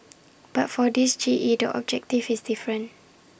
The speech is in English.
but for this G E the objective is different